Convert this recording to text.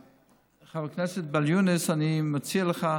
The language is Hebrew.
חבר הכנסת ואאל יונס, אני מציע לך,